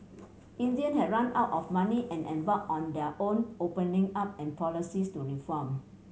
India had run out of money and embarked on their own opening up and policies to reform